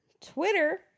Twitter